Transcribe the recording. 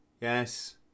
Yes